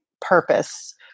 purpose